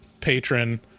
patron